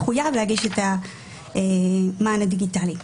מחויב להגיש את המען הדיגיטלי.